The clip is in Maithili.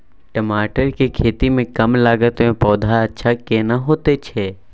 टमाटर के खेती में कम लागत में पौधा अच्छा केना होयत छै?